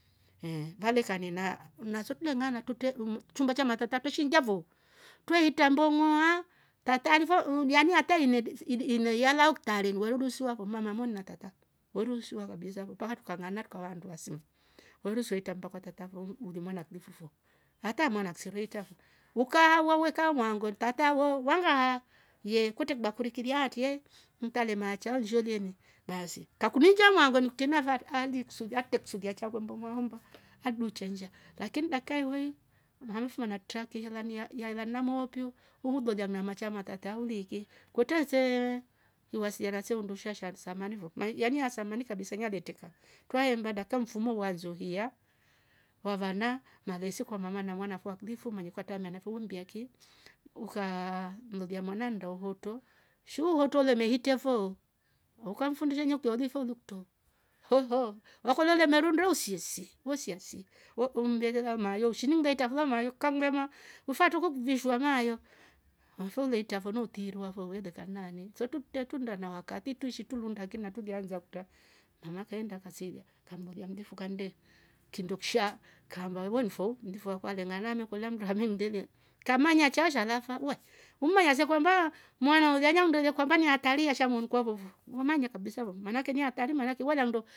vale karnena unasotuja mwana tute umu chumba cha matata tweshingia vo tweita mbongwa tataivo uuugh yani atai ined iii iirnoia yalauktale ni wadudu siwa horma mamo nnatata, weru nsiwa wabliza kutaa tukananga tukawandua simvo. Huru siweita mbako totavo huru huru mwana klifofo hata mwana akresita fo ukaa uwaweeka mwangoe tata wo wangaa ye kutibakuli kiliate mpale macha sheliemi basi kakuningia mangwe nikutene vate ali ksuja kte ksuja achiavo mbongo hombo avuduchenjia lakini daika ihoi mwamfu wanarta kihela nia nia- nia- niaila moopio ugu lolia na macha matata uliki kwete see uwasiriase undusha sharke samani fo yani asamani kabisa niabeteka twaembanda kwamfumo huanzo hia wavana malesi komamana mwana fua klifo manyu kuatame na fuuambiaki uka mlolia mwana ndohotu shu hotole mehitia fo ukamfundisha nyaktolifo lukto hoho hokolole merundusiesie hu siensi we siensi hokumle lela mayo shiningeita vua mayukambe mema mfatu kuvishwa mayo huufu ngeita vono utirwa vo weileka nane sotu ntetunda na wakati tushi turunda ndake nartulianza kuta na makeenda kasilia kamlolia mlifu kamde kimndokshaa kamvauwa nifo ndifo kwalenganamia kula mndua hamndele kamanya chooo shalafa uwe ummaya yazekumba mwana ujaja mndwelikwamba niatalia shamaua nkwavovo mamanye kabisa vo maanake niatali maanake welamvo.